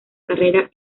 carrera